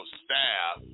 staff